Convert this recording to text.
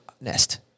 nest